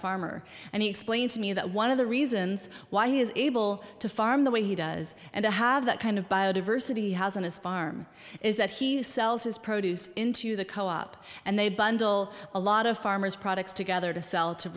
farmer and he explained to me that one of the reasons why he is able to farm the way he does and to have that kind of biodiversity has in his farm is that he sells his produce into the co op and they bundle a lot of farmers products together to sell to